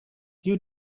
you